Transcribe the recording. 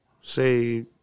Say